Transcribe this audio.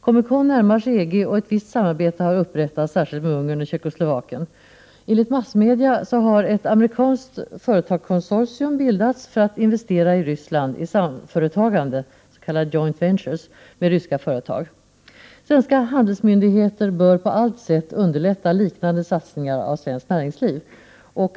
COMECON närmar sig EG, och ett visst samarbete har upprättats, särskilt med Ungern och Tjeckoslovakien. Enligt massmedia har ett amerikanskt företagskonsortium bildats för att investera i Ryssland i samföretagande —s.k. joint ventures— med ryska företag. Svenska handelsmyndigheter bör på allt sätt underlätta liknande satsningar av svenskt näringsliv.